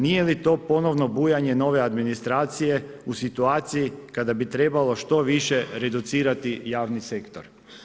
Nije li to ponovno bujanje nove administracije u situaciji kada bi trebalo što više reducirati javni sektor?